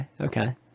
okay